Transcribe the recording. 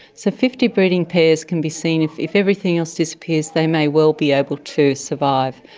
so fifty breeding pairs can be seen, if if everything else disappears they may well be able to survive.